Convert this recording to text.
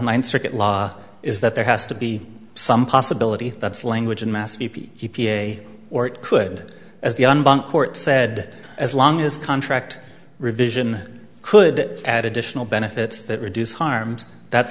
ninth circuit law is that there has to be some possibility that's language unmask b p e p a or it could as the court said as long as contract revision could add additional benefits that reduce harms that's